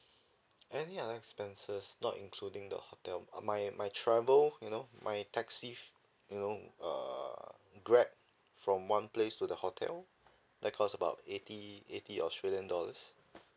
any other expenses not including the hotel uh my my travel you know my taxi you know err grab from one place to the hotel that cost about eighty eighty australian dollars